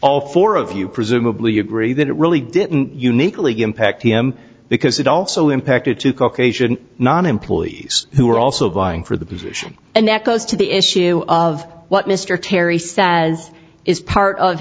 all four of you presumably agree that it really didn't uniquely impact him because it also impacted two caucasian non employees who were also vying for the position and that goes to the issue of what mr terry says is part of